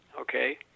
okay